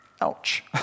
Ouch